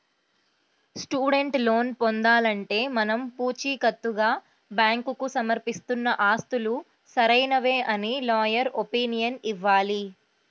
student loan పొందాలంటే మనం పుచీకత్తుగా బ్యాంకుకు సమర్పిస్తున్న ఆస్తులు సరైనవే అని లాయర్ ఒపీనియన్ ఇవ్వాలి